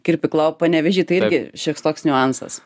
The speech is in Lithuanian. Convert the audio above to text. kirpykla o panevėžy tai irgi šioks toks niuansas